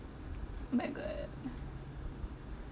oh my god